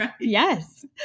Yes